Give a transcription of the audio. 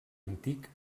antic